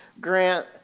grant